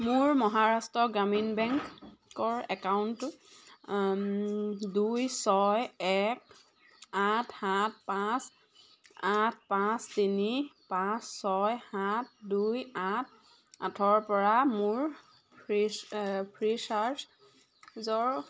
মোৰ মহাৰাষ্ট্ৰ গ্ৰামীণ বেংকৰ একাউণ্টটোত দুই ছয় এক আঠ সাত পাঁচ আঠ পাঁচ তিনি পাঁচ ছয় সাত দুই আঠ আঠৰ পৰা মোৰ ফ্ৰী ফ্ৰী চাৰ্জৰ